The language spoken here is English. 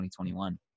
2021